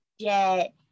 jet